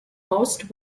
most